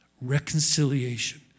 Reconciliation